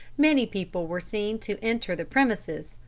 many people were seen to enter the premises,